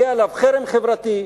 יהיה עליו חרם חברתי,